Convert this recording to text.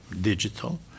digital